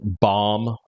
bomb